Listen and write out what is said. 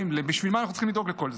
בשביל מה אנחנו צריכים לדאוג לכל זה?